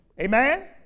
Amen